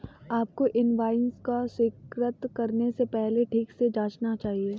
आपको इनवॉइस को स्वीकृत करने से पहले ठीक से जांचना चाहिए